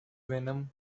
venom